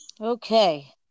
Okay